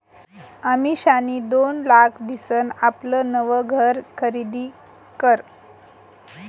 अमिषानी दोन लाख दिसन आपलं नवं घर खरीदी करं